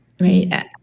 right